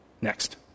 next